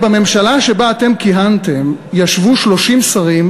בממשלה שבה אתם כיהנתם ישבו 30 שרים,